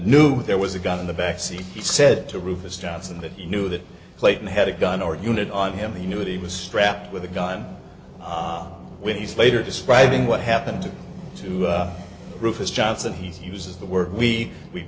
knew there was a gun in the backseat he said to rufus johnson that he knew that clayton had a gun or unit on him he knew that he was strapped with a gun when he's later describing what happened to rufus johnson he uses the word we we